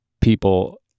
people